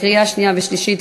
קריאה שנייה ושלישית,